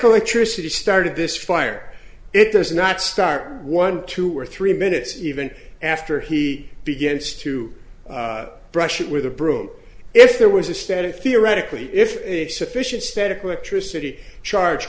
electricity started this fire it does not start one two or three minutes even after he begins to brush it with a broom if there was a static theoretically if a sufficient static electricity charge